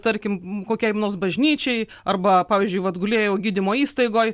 tarkim kokiai nors bažnyčiai arba pavyzdžiui vat gulėjau gydymo įstaigoj